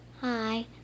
Hi